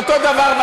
זה אותו דבר,